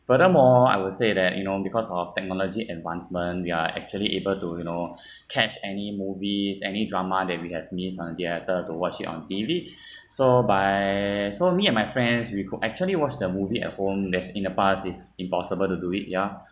furthermore I would say that you know because of technology advancement we are actually able to you know catch any movies any drama than we had missed on theatre to watch it on T_V so by so me and my friends we could actually watch the movie at home that's in the past is impossible to do it ya